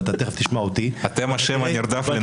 ותיכף תשמע אותי -- אתם שם נרדף ל